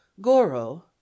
goro